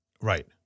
right